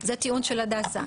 זה טיעון של הדסה.